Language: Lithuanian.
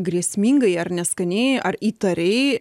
grėsmingai ar neskaniai ar įtariai